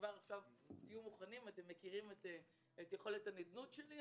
אתם מכירים את יכולת הנדנוד שלי,